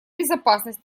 безопасность